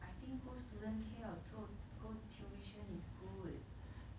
I think go student care or 做 go tuition is good I